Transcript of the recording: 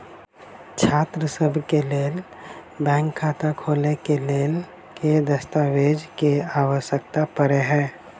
छात्रसभ केँ लेल बैंक खाता खोले केँ लेल केँ दस्तावेज केँ आवश्यकता पड़े हय?